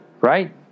Right